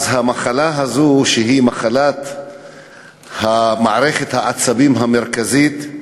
אז המחלה הזאת, שהיא מחלת מערכת העצבים המרכזית,